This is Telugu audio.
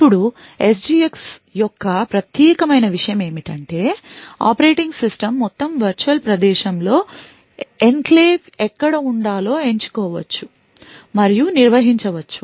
ఇప్పుడు SGX యొక్క ప్రత్యేకమైన విషయం ఏమిటంటే ఆపరేటింగ్ సిస్టమ్ మొత్తం వర్చువల్ ప్రదేశం లో ఎన్క్లేవ్ ఎక్కడ ఉండాలో ఎంచుకోవచ్చు మరియు నిర్వహించవచ్చు